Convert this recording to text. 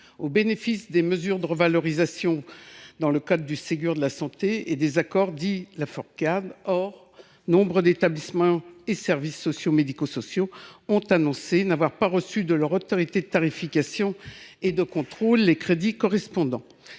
éligibles aux mesures de revalorisation prises dans le cadre du Ségur de la santé et des accords Laforcade. Or nombre d’établissements et services sociaux et médico sociaux ont annoncé n’avoir pas reçu de leur autorité de tarification et de contrôle les crédits correspondants.